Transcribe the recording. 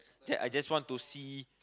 check I just want to see